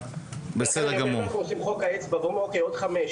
אם אנחנו עושים ואומרים: "עוד חמש,